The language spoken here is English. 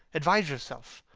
advise yourself.